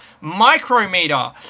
micrometer